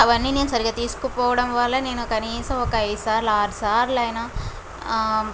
అవి అన్నీ నేను తీసుకుపోవడం వల్ల నేను కనిసం ఒక ఐదు సార్లు ఆరు సార్లు అయినా ఆ